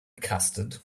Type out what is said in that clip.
custard